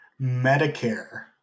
Medicare